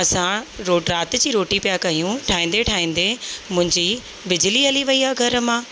असां राति जी रोटी पिया कयूं ठाहींदे ठाहींदे मुंहिंजी बिजली हली वई आहे घरु मां